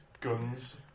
guns